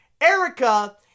Erica